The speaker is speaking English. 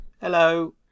Hello